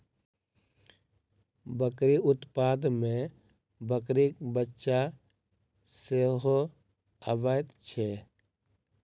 बकरी उत्पाद मे बकरीक बच्चा सेहो अबैत छै